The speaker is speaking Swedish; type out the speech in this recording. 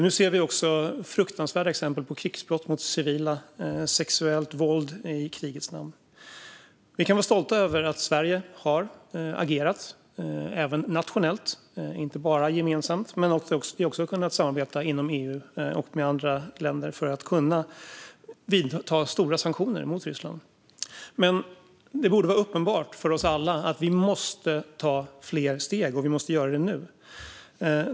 Nu ser vi också fruktansvärda exempel på krigsbrott mot civila och sexuellt våld i krigets namn. Vi kan vara stolta över att Sverige har agerat, även nationellt och inte bara gemensamt. Vi har också kunnat samarbeta inom EU och med andra länder för att kunna införa stora sanktioner mot Ryssland. Men det borde vara uppenbart för oss alla att vi måste ta fler steg och att vi måste göra det nu.